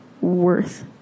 worth